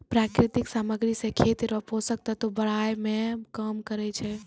प्राकृतिक समाग्री से खेत रो पोसक तत्व बड़ाय मे काम करै छै